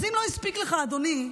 אז אם לא הספיק לך, אדוני,